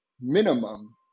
minimum